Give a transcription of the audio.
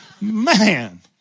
Man